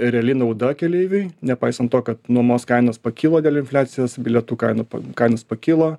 reali nauda keleiviui nepaisant to kad nuomos kainos pakilo dėl infliacijos bilietų kainų kainos pakilo